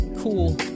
cool